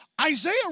Isaiah